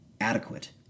adequate